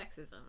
sexism